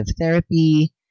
therapy